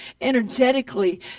energetically